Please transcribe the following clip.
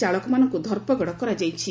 ଚାଳକମାନଙ୍କୁ ଧରପଗଡ଼ କରାଯାଇଛି